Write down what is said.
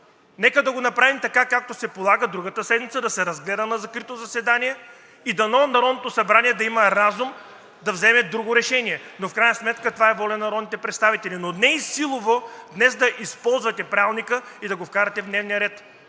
нека да го направим така, както се полага, и другата седмица да се разгледа на закрито заседание. Дано Народното събрание да има разум да вземе друго решение, а и в крайна сметка това е воля на народните представители, но не силово днес да използвате Правилника и да го вкарате в дневния ред,